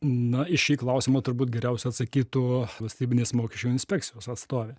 na į šį klausimą turbūt geriausia atsakytų valstybinės mokesčių inspekcijos atstovė